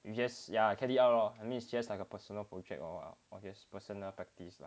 you just yeah carried out I mean it's just like a personal project or or personal practice lah